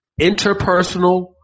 interpersonal